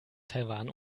taiwan